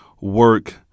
work